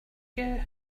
you